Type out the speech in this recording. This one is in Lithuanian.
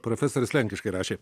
profesorius lenkiškai rašė